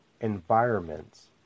environments